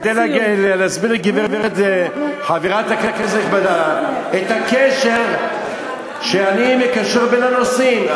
כדי להסביר לגברת חברת הכנסת הנכבדה את הקשר שאני מקשר בין הנושאים.